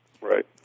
Right